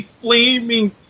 flaming